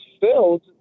filled